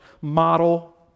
model